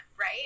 right